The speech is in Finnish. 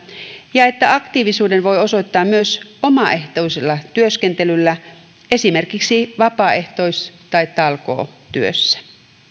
ja että aktiivisuuden voi osoittaa myös omaehtoisella työskentelyllä esimerkiksi vapaaehtois tai talkootyössä